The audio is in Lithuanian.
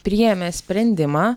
priėmė sprendimą